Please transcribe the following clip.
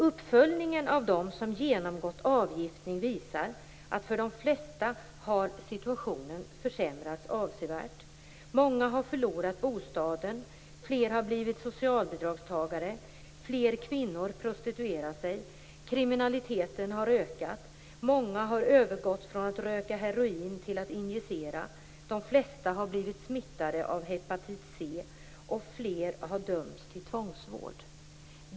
Uppföljningen av dem som genomgått avgiftning visar att för de flesta har situationen försämrats avsevärt. Många har förlorat sin bostad. Fler har blivit socialbidragstagare. Fler kvinnor prostituerar sig. Kriminaliteten har ökat. Många har övergått från att röka heroin till att injicera. De flesta har blivit smittade av hepatit C, och fler har dömts till tvångsvård.